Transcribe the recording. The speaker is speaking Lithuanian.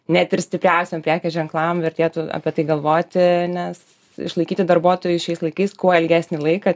net ir stipriaiusiam prekės ženklams vertėtų apie tai galvoti nes išlaikyti darbuotojus šiais laikais kuo ilgesnį laiką